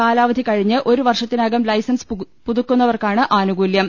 കാലാ വധി കഴിഞ്ഞ് ഒരു വർഷത്തിനകം ലൈസൻസ് പുതുക്കുന്ന വർക്കാണ് ആനുകൂല്യം